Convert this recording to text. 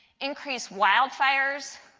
increased wildfires,